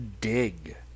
dig